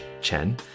Chen